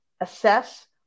assess